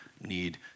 need